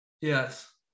yes